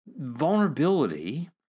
vulnerability